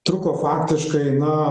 truko faktiškai na